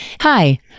Hi